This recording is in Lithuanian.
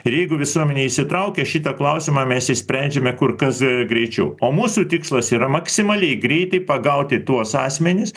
ir jeigu visuomenė įsitraukia šitą klausimą mes išsprendžiame kur kas greičiau o mūsų tikslas yra maksimaliai greitai pagauti tuos asmenis